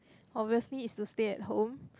obviously is to stay at home